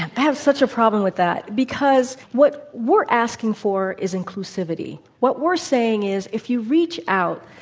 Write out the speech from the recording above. i have such a problem with that because what we're asking for is inclusivity. what we're saying is, if you reach out,